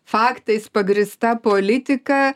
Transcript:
faktais pagrįsta politika